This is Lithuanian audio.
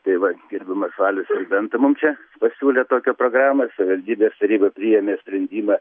tai va gerbiamas valius serbenta mums čia pasiūlė tokią programą savivaldybės taryba priėmė sprendimą